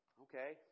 Okay